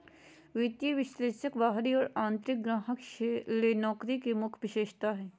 वित्तीय विश्लेषक बाहरी और आंतरिक ग्राहक ले नौकरी के मुख्य विशेषता हइ